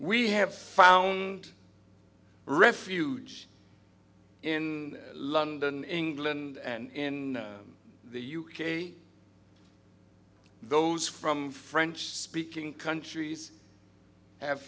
we have found refuge in london england and in the u k those from french speaking countries have